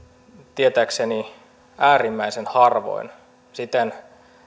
tietääkseni äärimmäisen harvoin siten